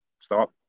stop